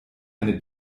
eine